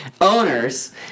owners